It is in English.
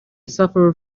suffer